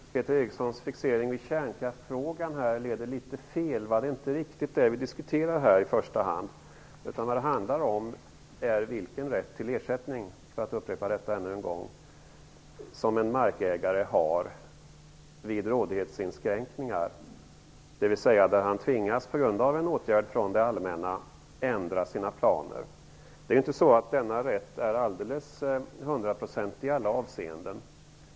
Herr talman! Jag tror att Peter Erikssons fixering kring kärnkraftsfrågan leder litet fel. Det är inte riktigt det vi i första hand diskuterar. Jag upprepar än en gång: Det handlar i stället om vilken rätt till ersättning som en markägare har vid rådighetsinskränkningar, dvs. när han på grund av en åtgärd från det allmänna tvingas ändra sina planer. Det är inte så att denna rätt är alldeles hundraprocentig i alla avseenden.